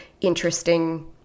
interesting